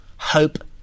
Hope